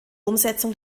umsetzung